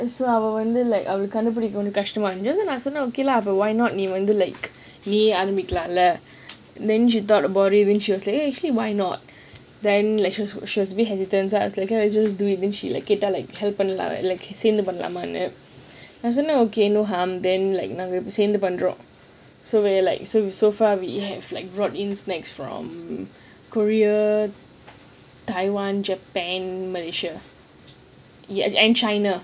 and so our கண்டுபிடிக்க கஷ்டமா இருந்துச்சு:kandupidikka kashtama irunthuchi okay lah but why not அப்பா நான் சொன்னான்:appa naan sonnan you know like நீயே ஆரம்பிக்கலாம்ல:neeye aarambikkalaamla then she thought about it then she say actually why not then at first she was a bit hesitant then she like K let just do it then she like கேட்டா:keattaa help lah like சேர்ந்து பண்ணலாம் ஆம்மா சேர்ந்து பண்றம்:seanthu pannalaam aaama seanthu panram so we are like so so far we have like brought in snacks from korea taiwan japan malaysia and china